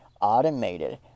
automated